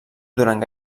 durant